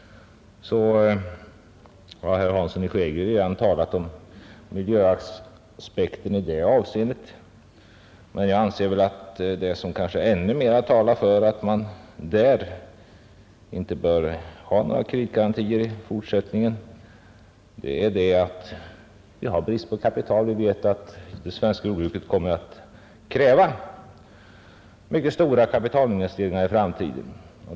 Herr Hansson i Skegrie har redan berört miljöaspekten i detta sammanhang. Något som ännu mera talar för att man i fortsättningen inte bör ge sådana företag kreditgarantier är, anser jag, det faktum att det råder brist på kapital. Vi vet att jordbruket kommer att kräva mycket stora kapitalinvesteringar i framtiden.